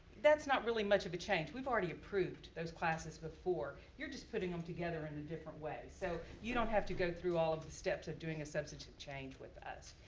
that's not really much of a change. we've already approved those classes before. you're just putting them together in a different way. so, you don't have to go through all of the steps of doing a substitute change with us.